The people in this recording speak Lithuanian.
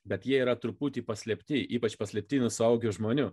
bet jie yra truputį paslėpti ypač paslėpti nuo saugę žmonių